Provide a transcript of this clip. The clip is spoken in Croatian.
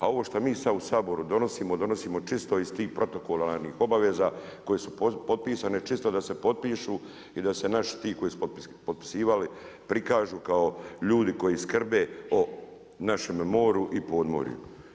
A ovo šta mi sad u Saboru donosimo, donosimo čisto iz tih protokolarnih obaveza koje su potpisane čisto da se potpišu, i da se naši ti koji su potpisivali prikažu kao ljudi koji skrbe o našem moru i podmorju.